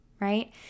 right